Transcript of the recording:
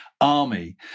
army